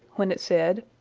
when it said,